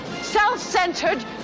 self-centered